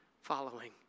following